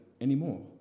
anymore